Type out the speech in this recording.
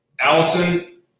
Allison